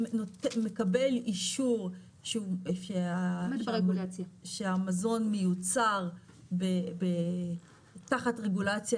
מקבל אישור שהמזון מיוצר תחת רגולציה